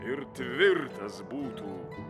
ir tvirtas būtų